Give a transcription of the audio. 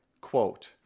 Quote